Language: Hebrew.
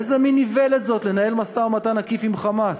איזה מין איוולת זאת לנהל משא-ומתן עקיף עם "חמאס"